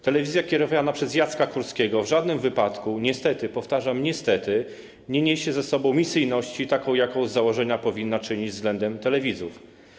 Telewizja kierowana przez Jacka Kurskiego w żadnym wypadku, niestety - powtarzam: niestety - nie niesie ze sobą misji, takiej, jaką z założenia powinna pełnić względem telewidzów.